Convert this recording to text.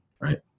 right